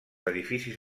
edificis